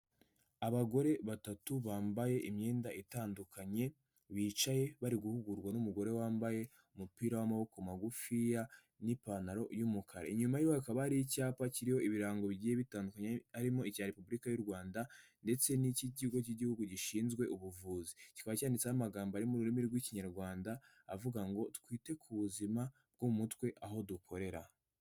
Abagore batatu bambaye imyenda itandukanye, bicaye bari guhugurwa n'umugore wambaye umupira w'amaboko magufiya n'ipantaro y'umukara, inyuma yiwe hakaba ari icyapa kiriho ibirango bigiye bitandukanye, harimo icya repubulika y'u Rwanda ndetse n'ik'ikigo k'igihugu gishinzwe ubuvuzi, kikaba cyanyanditseho amagambo ari mu rurimi rw'ikinyarwanda avuga ngo twite ku buzima bwo mu mutwe aho dukorera.